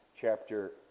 chapter